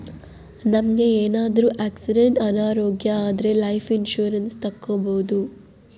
ನಮ್ಗೆ ಏನಾದ್ರೂ ಆಕ್ಸಿಡೆಂಟ್ ಅನಾರೋಗ್ಯ ಆದ್ರೆ ಲೈಫ್ ಇನ್ಸೂರೆನ್ಸ್ ತಕ್ಕೊಬೋದು